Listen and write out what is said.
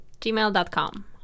gmail.com